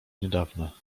niedawna